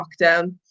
lockdown